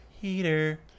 Heater